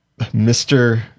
Mr